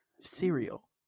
cereal